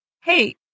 hey